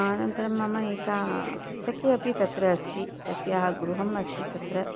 अनन्तरं मम एका सखी अपि तत्र अस्ति तस्याः गृहम् अस्ति तत्र